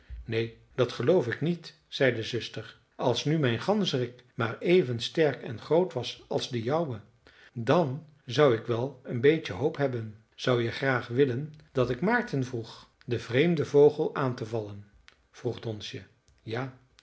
neen dat geloof ik niet zei de zuster als nu mijn ganzerik maar even sterk en groot was als de jouwe dan zou ik wel een beetje hoop hebben zou je graag willen dat ik maarten vroeg dien vreemden vogel aan te vallen vroeg donsje ja